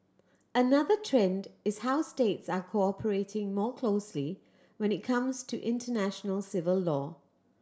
another trend is how states are cooperating more closely when it comes to international civil law